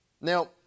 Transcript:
Now